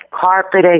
carpeting